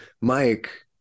Mike